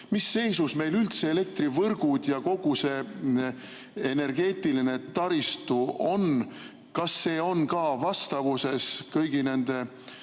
Mis seisus meil üldse elektrivõrgud ja kogu see energeetiline taristu on? Kas see on vastavuses kõigi nende